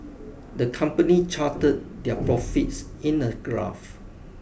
the company charted their profits in a graph